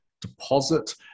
Deposit